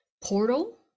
portal